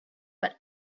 but